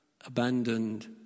abandoned